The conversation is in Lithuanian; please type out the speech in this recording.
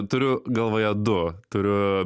turiu galvoje du turiu